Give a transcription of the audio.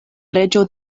reĝo